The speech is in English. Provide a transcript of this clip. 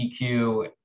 EQ